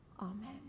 Amen